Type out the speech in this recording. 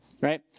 right